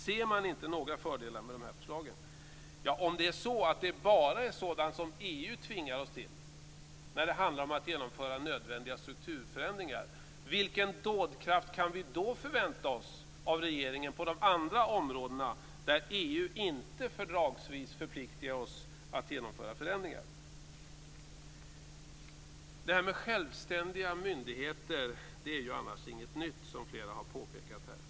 Ser man inte några fördelar med dessa förslag? Om det bara är sådant som EU tvingar oss till när det handlar om att genomföra nödvändiga strukturförändringar, vilken dådkraft kan vi då förvänta oss från regeringen på de andra områdena där EU inte fördragsvis förpliktigar oss att genomföra förändringar? Självständiga myndigheter är annars inget nytt, som flera har påpekat här.